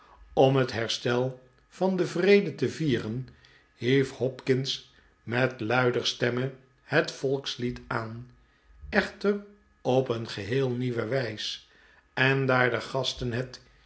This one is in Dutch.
om het herstel van den vrede te vieren hief hopkins met luider stemme net volkslied aan echter op een geheel nieuwe wijs en daar de gasten het